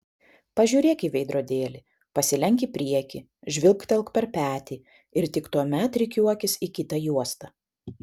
pažiūrėk į veidrodėlį pasilenk į priekį žvilgtelk per petį ir tik tuomet rikiuokis į kitą juostą